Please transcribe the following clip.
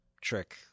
trick